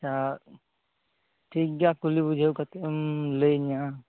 ᱟᱪᱪᱷᱟ ᱴᱷᱤᱠ ᱜᱮᱭᱟ ᱠᱩᱞᱤ ᱵᱩᱡᱷᱟᱹᱣ ᱠᱟᱛᱮᱫ ᱮᱢ ᱞᱟᱹᱭᱟᱹᱧᱟᱹ ᱦᱟᱸᱜ